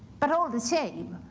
but all the same,